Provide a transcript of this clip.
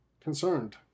concerned